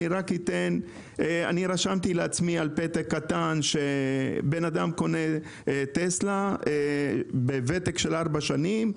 אדם קונה טסלה בעלת ותק של ארבע שנים.